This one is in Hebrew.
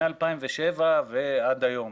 מ-2007 ועד היום,